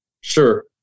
Sure